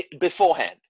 beforehand